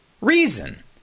reason